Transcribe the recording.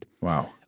Wow